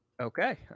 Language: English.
Okay